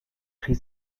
three